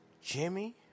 Jimmy